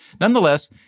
nonetheless